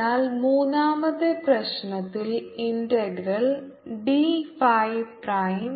അതിനാൽ മൂന്നാമത്തെ പ്രശ്നത്തിൽ ഇന്റഗ്രൽ ഡി ഫൈ പ്രൈം